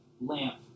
lamp